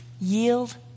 Yield